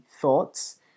thoughts